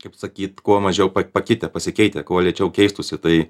kaip sakyt kuo mažiau pakitę pasikeitę kuo lėčiau keistųsi tai